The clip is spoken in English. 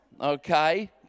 Okay